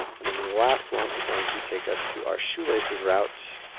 and then, the last one is going to take us to our shoelaces route,